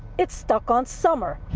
it's stuck on summer.